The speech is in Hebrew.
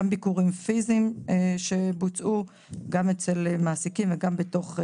יש גם ביקורים פיזיים שבוצעו גם אצל מעסיקים וגם בתוך לשכות.